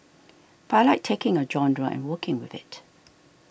but I like taking a genre and working with it